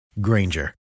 Granger